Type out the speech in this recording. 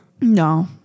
no